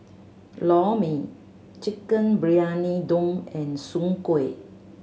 Lor Mee Chicken Briyani Dum and soon kway